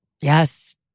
Yes